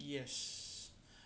yes